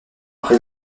après